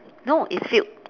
no it's filled